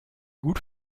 gut